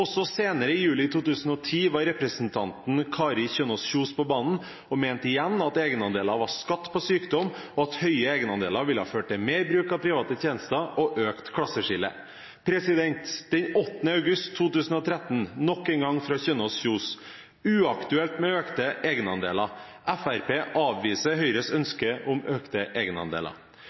Også senere i juli 2010 var representanten Kari Kjønaas Kjos på banen og mente igjen at egenandeler var skatt på sykdom, og at høye egenandeler ville føre til mer bruk av private tjenester og økt klasseskille. Den 8. august 2013 – nok en gang fra Kjønaas Kjos: «Uaktuelt med økte egenandeler. Frp avviser Høyres ønske om økte egenandeler